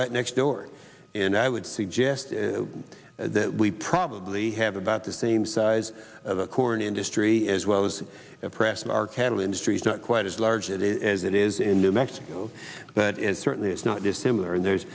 right next door and i would suggest that we probably have about the same size of the corn industry as well as the press and our cattle industry is not quite as large as it is in new mexico but it certainly is not dissimilar and there's